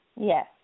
Yes